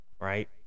right